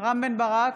רם בן ברק,